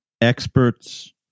experts